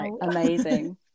amazing